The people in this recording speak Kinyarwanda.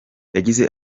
yagize